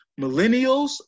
millennials